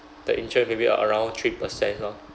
the interest maybe uh around three percent lor